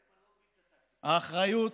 האחריות,